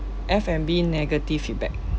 F&B negative feedback